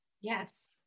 yes